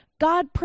God